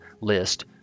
list